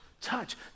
touch